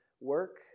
work